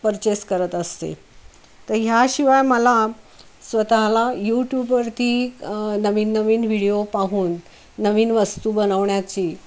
purchase करत असते तर ह्याशिवाय मला स्वतःला यूट्यूबवरती नवीन नवीन व्हिडिओ पाहून नवीन वस्तू बनवण्याची